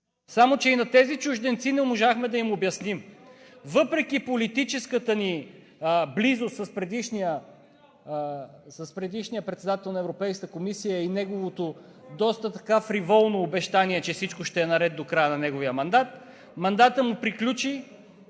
Само че и на тези чужденци не можахме да им обясним. Въпреки политическата ни близост с предишния председател на Европейската комисия и неговото доста фриволно обещание, че всичко ще е наред до края на неговия мандат – мандатът му приключи,